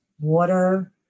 water